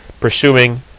Pursuing